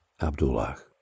Abdullah